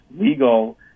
legal